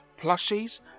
plushies